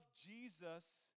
jesus